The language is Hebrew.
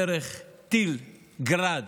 בדרך, טיל גראד,